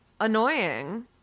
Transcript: annoying